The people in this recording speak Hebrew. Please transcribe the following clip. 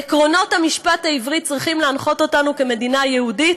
עקרונות המשפט העברי צריכים להנחות אותנו כמדינה יהודית.